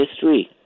history